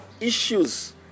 issues